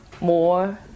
more